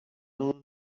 اونو